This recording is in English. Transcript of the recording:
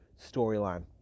storyline